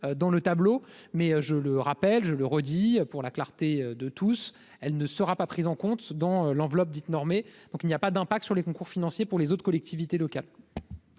dans le tableau, mais je le rappelle, je le redis, pour la clarté de tous, elle ne sera pas prise en compte dans l'enveloppe dite normée, donc il n'y a pas d'impact sur les concours financiers pour les autres collectivités locales.